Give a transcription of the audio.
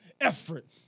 effort